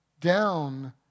down